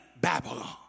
Babylon